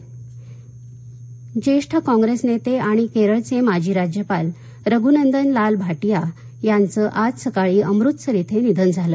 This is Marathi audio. निधन जेष्ठ कॉंग्रेस नेते आणि केरळचे माजी राज्यपाल रघुनंदन लालभाटिया यांचं आज सकाळी अमृतसर इथे निधन झालं